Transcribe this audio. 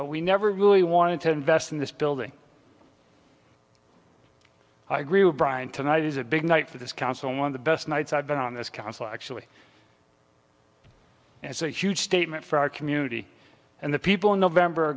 but we never really wanted to invest in this building i agree with brian tonight is a big night for this council and one of the best nights i've been on this council actually and it's a huge statement for our community and the people in november